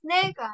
snake